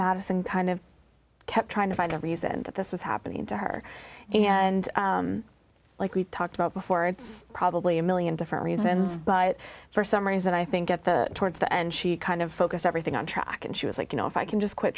madison kind of kept trying to find a reason that this was happening to her and like we've talked about before it's probably a one million different reasons but for some reason i think at the towards the end she kind of focused everything on track and she was like you know if i can just quit